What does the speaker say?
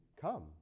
Come